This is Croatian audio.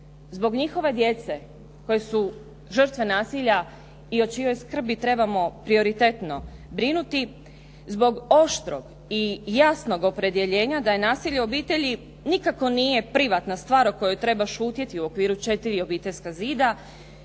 zbog njihove djece koje su žrtve nasilja i o čijoj skrbi trebamo prioritetno brinuti, zbog oštrog i jasnog opredjeljenja da nasilje u obitelji nikako nije privatna stvar o kojoj treba šutjeti u okviru četiri obiteljska zida.